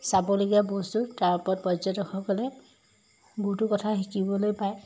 চাবলগীয়া বস্তু তাৰ ওপৰত পৰ্যটকসকলে বহুতো কথা শিকিবলৈ পায়